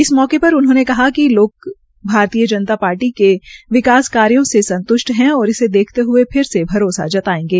इस मौके पर उन्होंने कहा कि लोग भारतीय जनता पार्टी के विकास कार्यो से संतुष्ट है और इसे देखते हये फिर से भरोसा जतायेंगे